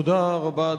תודה רבה.